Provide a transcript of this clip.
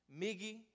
Miggy